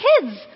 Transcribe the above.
kids